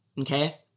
okay